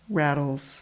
rattles